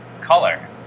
color